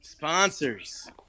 Sponsors